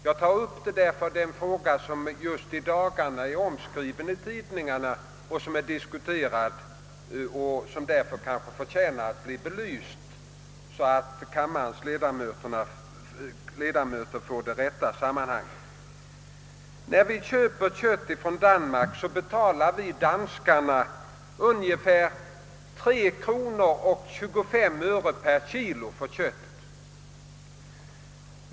Jag tar upp den frågan därför att den just i dagarna är omskriven i tidningarna och diskuterad och därför kanske förtjänar att bli belyst så att kammarens ledamöter får det rätta sammanhanget. När vi köper kött från Danmark betalar vi danskarna ungefär kr. 3: 25 per kilo.